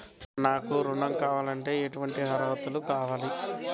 నాకు ఋణం కావాలంటే ఏటువంటి అర్హతలు కావాలి?